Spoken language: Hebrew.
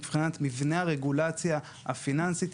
מבחינת מבנה הרגולציה הפיננסית,